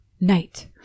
Night